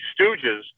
stooges